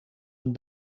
een